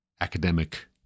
academic